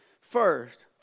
first